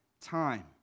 time